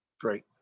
great